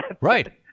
right